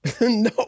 No